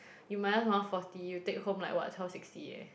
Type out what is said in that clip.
you minus one forty you take home like what twelve sixty eh